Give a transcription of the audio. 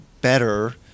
better